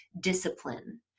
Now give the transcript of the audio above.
discipline